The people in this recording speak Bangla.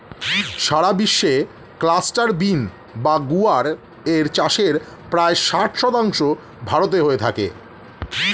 সারা বিশ্বে ক্লাস্টার বিন বা গুয়ার এর চাষের প্রায় ষাট শতাংশ ভারতে হয়ে থাকে